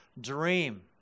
dream